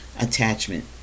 attachment